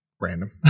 Random